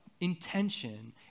intention